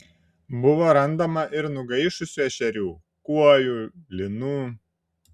buvo randama ir nugaišusių ešerių kuojų lynų